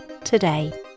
today